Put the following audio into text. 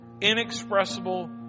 inexpressible